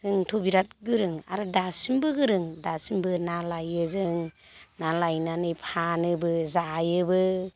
जोंथ' बिराद गोरों आरो दासिमबो गोरों दासिमबो ना लायो जों ना लायनानै फानोबो जायोबो